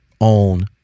own